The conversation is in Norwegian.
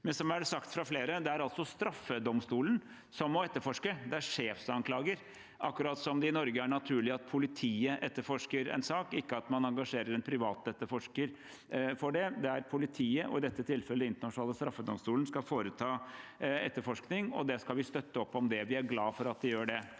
Men som det er sagt fra flere: Det er straffedomstolen som må etterforske, det er sjefanklager, akkurat som det i Norge er naturlig at politiet etterforsker en sak, ikke at man engasjerer en privatetterforsker til det. Det er politiet, og i dette tilfellet Den internasjonale straffedomstolen, som skal foreta etterforskning, og det skal vi støtte opp om. Vi er glade for at de gjør det.